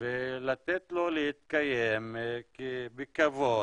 ולתת לו להתקיים בכבוד,